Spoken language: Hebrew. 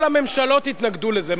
כל הממשלות התנגדו לזה.